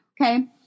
Okay